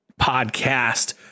podcast